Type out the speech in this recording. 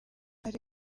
ari